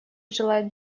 желает